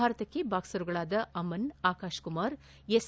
ಭಾರತಕ್ಕೆ ಬಾಕ್ಷರ್ಗಳಾದ ಅಮನ್ ಆಕಾಶ್ ಕುಮಾರ್ ಎಸ್